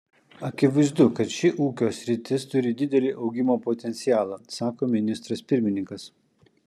akivaizdu kad ši ūkio sritis turi didelį augimo potencialą sako ministras pirmininkas